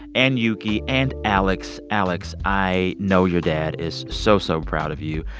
and yuki, and alex. alex, i know your dad is so, so proud of you.